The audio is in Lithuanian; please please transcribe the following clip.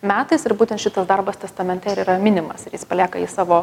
metais ir būtent šitas darbas testamente ir yra minimas ir jis palieka jį savo